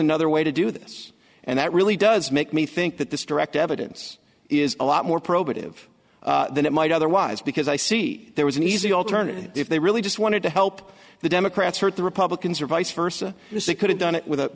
another way to do this and that really does make me think that this direct evidence is a lot more probative than it might otherwise because i see there was an easy alternative if they really just wanted to help the democrats hurt the republicans or vice versa this it could have done it with a